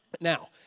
Now